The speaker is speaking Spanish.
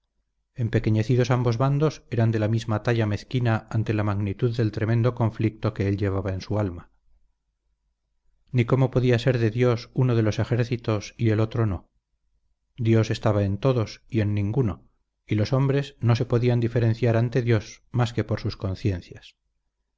entre facciosos empequeñecidos ambos bandos eran de la misma talla mezquina ante la magnitud del tremendo conflicto que él llevaba en su alma ni cómo podía ser de dios uno de los ejércitos y el otro no dios estaba en todos y en ninguno y los hombres no se podían diferenciar ante dios más que por sus conciencias